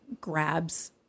grabs